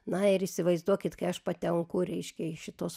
na ir įsivaizduokit kai aš patenku reiškia į šitos